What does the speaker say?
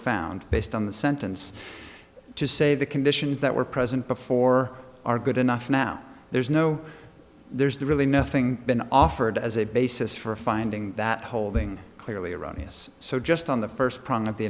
found based on the sentence to say the conditions that were present before are good enough now there's no there's the really nothing been offered as a basis for finding that holding clearly erroneous so just on the first